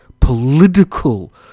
political